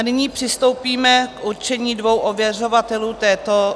Nyní přistoupíme k určení dvou ověřovatelů této schůze.